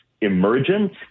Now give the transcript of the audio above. emergent